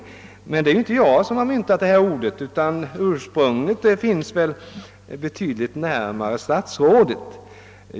Det är emellertid inte jag som myntat detta ord, utan ursprunget är väl att söka betydligt närmare statsrådet.